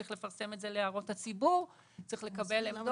צריך לפרסם את זה להערות הציבור, צריך לקבל עמדות.